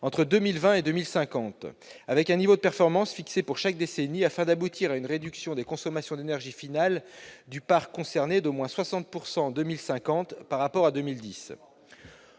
entre 2020 et 2050, avec un niveau de performance fixé pour chaque décennie, afin d'aboutir à une réduction des consommations d'énergie finale du parc concerné d'au moins 60 % en 2050 par rapport à 2010.